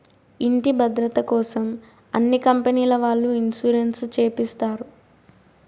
ఇంటి భద్రతకోసం అన్ని కంపెనీల వాళ్ళు ఇన్సూరెన్స్ చేపిస్తారు